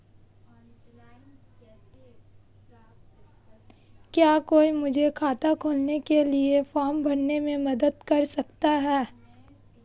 क्या कोई मुझे खाता खोलने के लिए फॉर्म भरने में मदद कर सकता है?